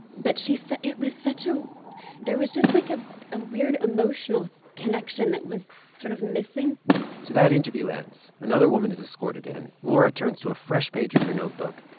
but she said it was such a there was just, like, a weird emotional connection that was sort of missing so that interview ends. another woman is escorted in. laura turns to a fresh page in her notebook.